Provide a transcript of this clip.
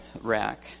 rack